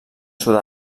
sud